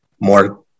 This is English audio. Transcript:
more